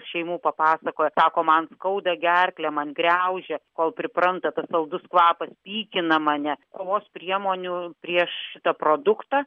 šeimų papasakojo sako man skauda gerklę man graužia kol pripranta tas saldus kvapas pykina mane kovos priemonių prieš šitą produktą